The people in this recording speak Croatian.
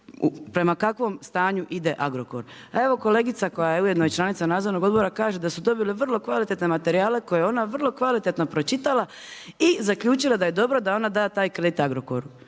prema kakvom stanju ide Agrokor. Evo kolegica koja je ujedno i članica nadzornog odbora kaže da su dobili vrlo kvalitetne materijale koje je ona vrlo kvalitetno pročitala i zaključila da je dobro da ona da taj kredit Agrokoru.